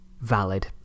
valid